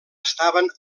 estaven